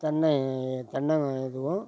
தென்னை தென்னை இதுவும்